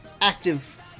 active